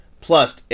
plus